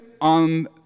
on